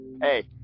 Hey